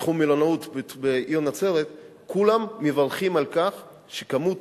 בתחום המלונאות בעיר נצרת: כולם מברכים על כך שהכמות,